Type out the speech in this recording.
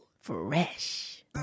Fresh